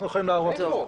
אנחנו יכולים להראות את זה.